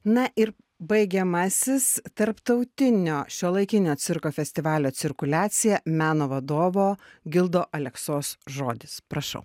na ir baigiamasis tarptautinio šiuolaikinio cirko festivalio cirkuliacija meno vadovo gildo aleksos žodis prašau